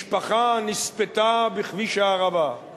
משפחה נספתה בכביש הערבה;